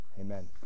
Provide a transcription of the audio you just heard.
Amen